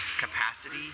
capacity